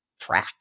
frack